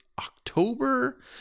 October